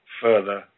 further